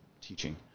teaching